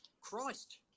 Christ